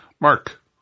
Mark